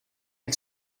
jak